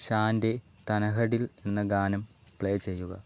ഷാൻ്റെ തൻഹ ദിൽ എന്ന ഗാനം പ്ലേ ചെയ്യുക